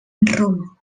roma